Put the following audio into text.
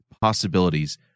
possibilities